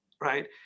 right